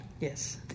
Yes